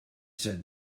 said